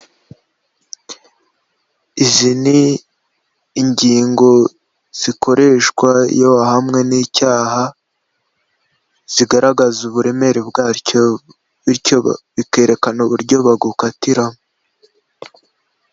Izi ni ingingo zikoreshwa iyo wahamwe n'icyaha zigaragaza uburemere bwacyo bityo bikerekana uburyo bagukatira.